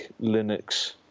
linux